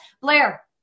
Blair